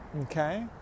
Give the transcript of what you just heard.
Okay